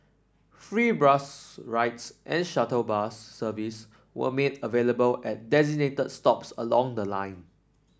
free bus rides and shuttle bus service were made available at designated stops along the line